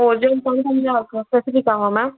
ஓ gents தனித்தனியாக இருக்கா ஸ்பெஸிஃபிக்காவா மேம்